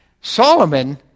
Solomon